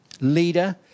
leader